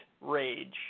rage